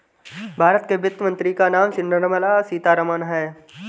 भारत के वित्त मंत्री का नाम निर्मला सीतारमन है